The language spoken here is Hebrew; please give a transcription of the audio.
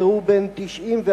והוא בן 94,